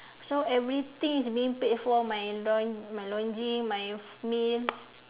so everything is being paid for my laun~ my laundry my meal